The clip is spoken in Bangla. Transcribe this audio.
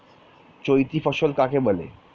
চৈতি ফসল কাকে বলে?